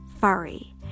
furry